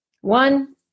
one